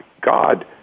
God